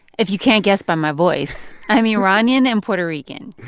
if you can't guess by my voice. i'm iranian and puerto rican